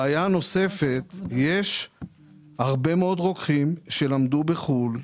יש הרבה מאוד רוקחים שלמדו בחו"ל,